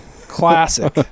Classic